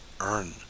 earn